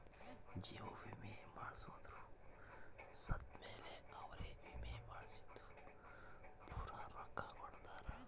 ಜೀವ ವಿಮೆ ಮಾಡ್ಸದೊರು ಸತ್ ಮೇಲೆ ಅವ್ರ ವಿಮೆ ಮಾಡ್ಸಿದ್ದು ಪೂರ ರೊಕ್ಕ ಕೊಡ್ತಾರ